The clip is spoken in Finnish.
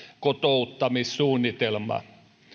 kotouttamissuunnitelma